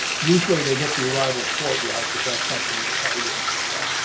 usually they get the arrival port, right, because that's something they probably wouldn't forget